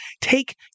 take